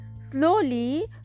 slowly